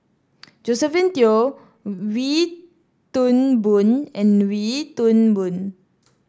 Josephine Teo Wee Toon Boon and Wee Toon Boon